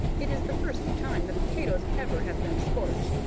it is the first time the potatoes ever have been scorched,